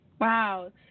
Wow